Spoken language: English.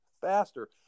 faster